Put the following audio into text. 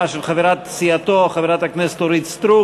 גם הצעת הסיעות רע"ם-תע"ל-מד"ע,